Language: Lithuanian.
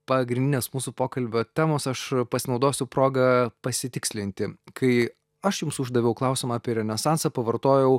pagrindinės mūsų pokalbio temos aš pasinaudosiu proga pasitikslinti kai aš jums uždaviau klausimą apie renesansą pavartojau